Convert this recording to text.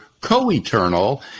co-eternal